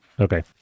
Okay